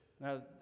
now